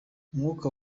umwuka